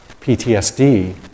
PTSD